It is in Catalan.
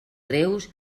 greus